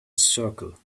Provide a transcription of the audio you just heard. circle